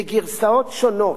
בגרסאות שונות,